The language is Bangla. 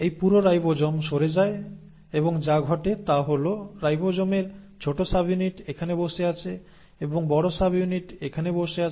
এই পুরো রাইবোজোম সরে যায় এবং যা ঘটে তা হল রাইবোজোমের ছোট সাবইউনিট এখানে বসে আছে এবং বড় সাবইউনিট এখানে বসে আছে